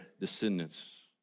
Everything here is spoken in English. descendants